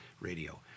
Radio